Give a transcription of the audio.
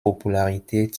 popularität